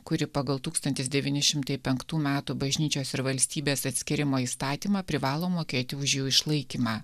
kuri pagal tūkstantis devyni šimtai penktų metų bažnyčios ir valstybės atskyrimo įstatymą privalo mokėti už jų išlaikymą